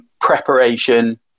Preparation